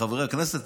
לחברי הכנסת,